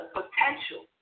potential